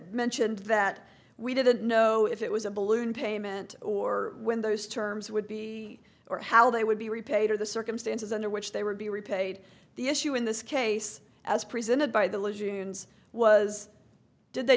mentioned that we didn't know if it was a balloon payment or when those terms would be or how they would be repaid or the circumstances under which they would be repaid the issue in this case as presented by the lagoon was did they